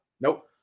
Nope